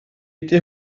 ydy